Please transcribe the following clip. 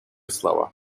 слова